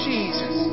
Jesus